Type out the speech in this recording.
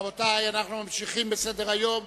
רבותי, אנחנו ממשיכים בסדר-היום.